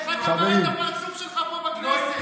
איך אתה מראה את הפרצוף שלך פה בכנסת.